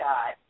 God